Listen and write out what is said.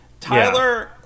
Tyler